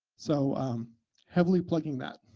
so heavily plugging that.